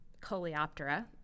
Coleoptera